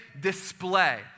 display